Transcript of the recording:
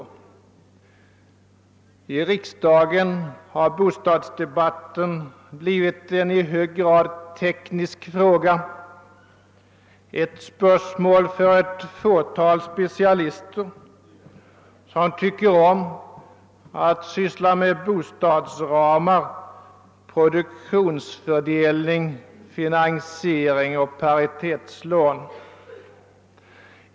I riksdagen har bostadsdebatten blivit en i hög grad teknisk fråga, ett spörsmål för ett fåtal specialister som tycker om att syssla med bostadsramar, produktionsfördelning, finansiering och paritetslån.